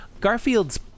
Garfield's